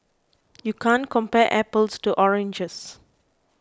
you can't compare apples to oranges